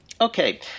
Okay